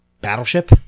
Battleship